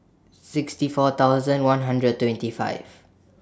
sixty four thousand one hundred twenty five